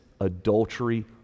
adultery